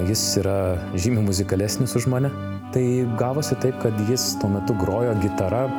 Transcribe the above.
jis yra žymiai muzikalesnis už mane tai gavosi taip kad jis tuo metu grojo gitara